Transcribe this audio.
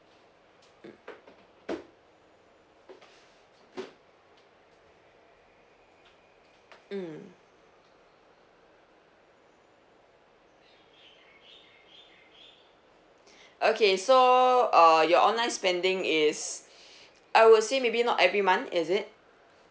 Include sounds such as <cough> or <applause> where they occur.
mm mm <breath> okay so uh your online spending is <breath> I would say maybe not every month is it